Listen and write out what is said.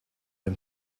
dem